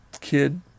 kid